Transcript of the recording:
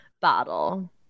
bottle